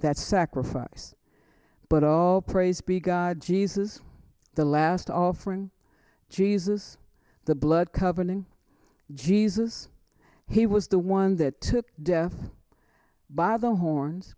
that sacrifice but all praise be god jesus the last offering jesus the blood covered in jesus he was the one that took death by the horns